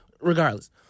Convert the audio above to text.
Regardless